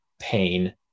pain